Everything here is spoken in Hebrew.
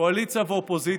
קואליציה ואופוזיציה,